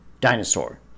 dinosaur